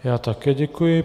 Já také děkuji.